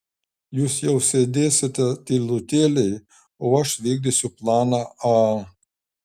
jūs sau sėdėsite tylutėliai o aš vykdysiu planą a